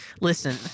listen